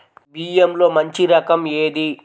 బియ్యంలో మంచి రకం ఏది?